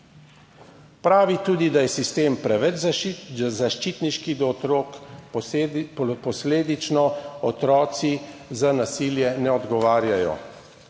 Pravi tudi, da je sistem preveč zaščitniški do otrok, posledično otroci za nasilje ne odgovarjajo.